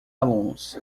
alunos